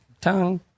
tongue